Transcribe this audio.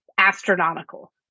astronomical